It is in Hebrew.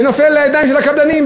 זה נופל לידיים של הקבלנים.